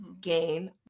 gain